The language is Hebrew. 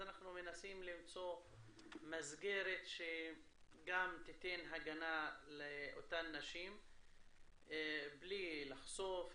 אנחנו מנסים למצוא מסגרת שגם תיתן הגנה לאותן נשים בלי לחשוף,